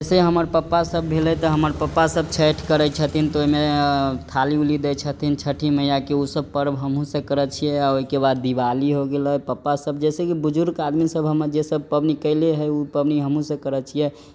जइसे हमर पप्पा सब भेलै त हमर पप्पा सब छैठ करै छथिन त ओइमे थाली ऊली दै छथिन छठी मैया के ऊसब परव हमहुँसब करै छियै आ ओइकेबाद दिवाली हो गेलै पप्पा सब जैसेकी बुजुर्ग आदमी सब हमर जेसब पबनी कइले है ऊ पबनी हमहुँसब करै छियै